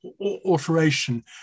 alteration